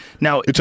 now